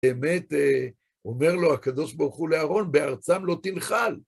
באמת, אומר לו הקדוש ברוך הוא לאהרון, בארצם לא תנחל.